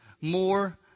more